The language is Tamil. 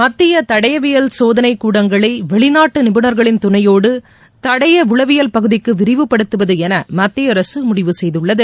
மத்திய தடயவியல் சோதனை கூடங்களை வெளிநாட்டு நிபுணர்களின் துணையோடு தடய உளவியல் பகுதிக்கு விரிவுபடுத்துவது என மத்திய அரசு முடிவு செய்துள்ளது